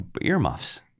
earmuffs